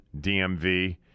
DMV